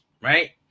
right